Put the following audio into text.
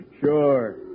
Sure